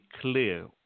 clear